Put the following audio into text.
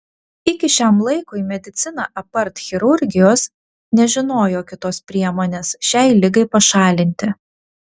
iki šiam laikui medicina apart chirurgijos nežinojo kitos priemonės šiai ligai pašalinti